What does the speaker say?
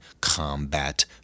combat